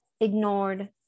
ignored